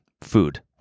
food